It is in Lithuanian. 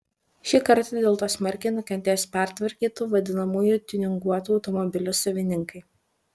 šį kartą dėl to smarkiai nukentės pertvarkytų vadinamųjų tiuninguotų automobilių savininkai